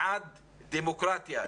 בעד דמוקרטיה,